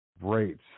rates